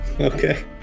Okay